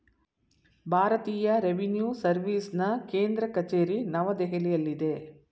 ಭಾರತೀಯ ರೆವಿನ್ಯೂ ಸರ್ವಿಸ್ನ ಕೇಂದ್ರ ಕಚೇರಿ ನವದೆಹಲಿಯಲ್ಲಿದೆ